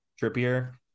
trippier